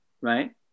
right